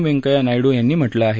व्यंकैय्या नायडू यांनी म्हटलं आहे